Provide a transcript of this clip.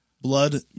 Blood